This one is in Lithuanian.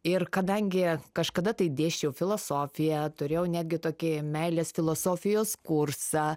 ir kadangi kažkada tai dėsčiau filosofiją turėjau netgi tokį meilės filosofijos kursą